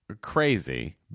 crazy